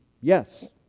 Yes